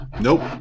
nope